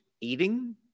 eating